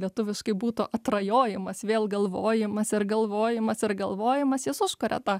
lietuviškai būtų atrajojimas vėl galvojimas ir galvojimas ir galvojimas jis užkuria tą